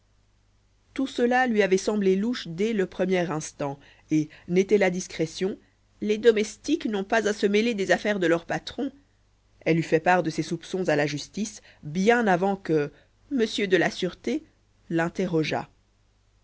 tout cela lui avait semblé louche dès le premier instant et n'était la discrétion les domestiques n'ont pas à se mêler des affaires de leurs patrons elle eût fait part de ses soupçons à la justice bien avant que le monsieur de la sûreté l'interrogeât